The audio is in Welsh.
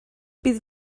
bydd